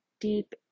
deep